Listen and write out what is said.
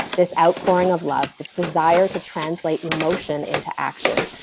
this outpouring of love, this desire to translate motion in to action.